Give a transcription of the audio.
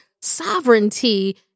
sovereignty